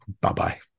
Bye-bye